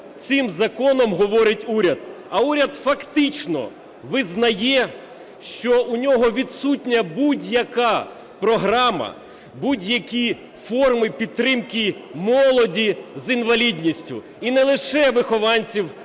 цим законом говорить уряд? А уряд фактично визнає, що у нього відсутня будь-яка програма, будь-які форми підтримки молоді з інвалідністю, і не лише вихованців